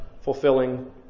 Fulfilling